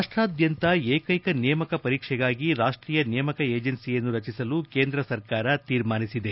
ರಾಷ್ಟ್ರಾದ್ಯಂತ ಏಕೈಕ ನೇಮಕ ಪರೀಕ್ಷೆಗಾಗಿ ರಾಷ್ಟ್ರೀಯ ನೇಮಕ ಏಜೆನ್ಸಿಯನ್ನು ರಚಿಸಲು ಕೇಂದ್ರ ಸರ್ಕಾರ ತೀರ್ಮಾನಿಸಿದೆ